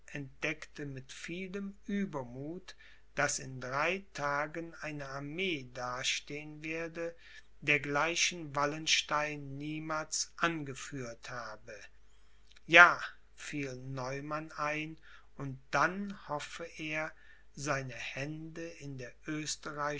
entdeckte mit vielem uebermuth daß in drei tagen eine armee dastehen werde dergleichen wallenstein niemals angeführt habe ja fiel neumann ein und dann hoffe er seine hände in der